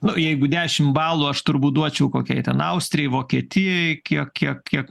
nu jeigu dešim balų aš turbūt duočiau kokiai ten austrijai vokietijai kiek kiek kiek